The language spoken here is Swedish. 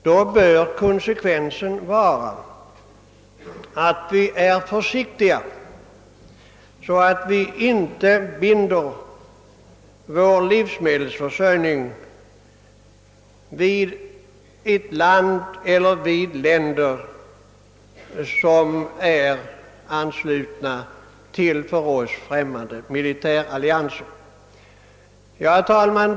Då bör konsekvensen vara att vi är försiktiga, så att vi inte binder vår livsmedelsförsörjning vid länder som är anslutna till för oss främmande militärallianser. Herr talman!